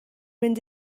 mynd